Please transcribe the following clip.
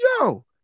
yo